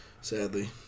Sadly